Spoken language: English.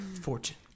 fortune